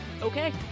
okay